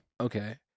Okay